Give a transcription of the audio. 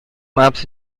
maps